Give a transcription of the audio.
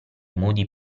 modi